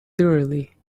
thoroughly